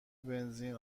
بنزین